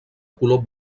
color